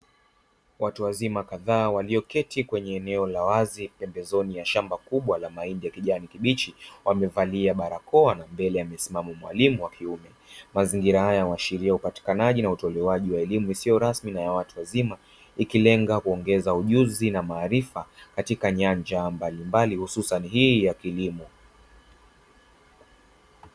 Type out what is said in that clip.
Watu wazima kadhaa walioketi kwenye eneo la wazi pembezoni ya shamba kubwa la mahindi ya kijani kibichi, wamevalia barakoa na mbele amesimama mwalimu wa kiume. Mazingira haya huashiria upatikanaji na utolewaji wa elimu isiyo rasmi na ya watu wazima ikilenga kuongeza ujuzi na marifa, katika nyanja mbalimbali hususani hii ya kilimo.